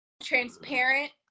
transparent